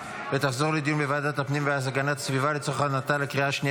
לוועדת הפנים והגנת הסביבה נתקבלה.